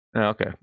okay